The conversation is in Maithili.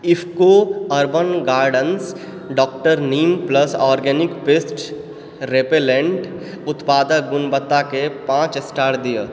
IFFCO urban gardens Dr neem plus organic paste repellent उत्पादक गुणवत्ता कें पाँच स्टार दिअ